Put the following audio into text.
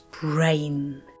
brain